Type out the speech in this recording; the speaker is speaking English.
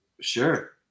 Sure